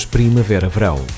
Primavera-Verão